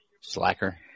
Slacker